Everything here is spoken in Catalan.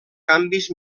canvis